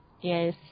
Yes